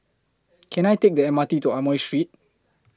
Can I Take The M R T to Amoy Street